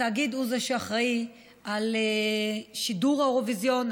התאגיד הוא שאחראי לשידור האירוויזיון,